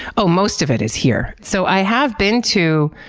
oh, most of it is here. so, i have been to,